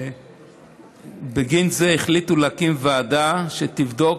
בגין זה החליטו להקים ועדה שתבדוק,